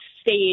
stage